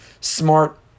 smart